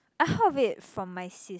I heard of it from my sis